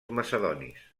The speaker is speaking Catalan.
macedonis